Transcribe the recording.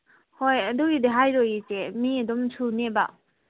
ꯍꯣꯏ ꯑꯗꯨꯒꯤꯗꯤ ꯍꯥꯏꯔꯣꯏꯌꯦ ꯏꯆꯦ ꯃꯤ ꯑꯗꯨꯝ ꯁꯨꯅꯤꯕ